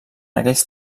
aquells